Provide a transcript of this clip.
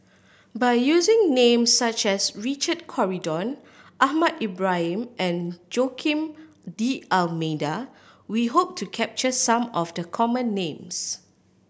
by using names such as Richard Corridon Ahmad Ibrahim and Joaquim D'Almeida we hope to capture some of the common names